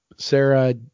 Sarah